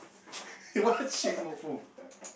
what's shake more full